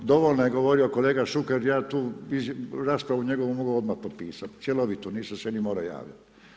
Dovoljno je govorio kolega Šuker ja tu njegovu raspravu mogu odmah potpisat, cjelovito nisam se ni morao javit.